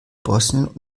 bosnien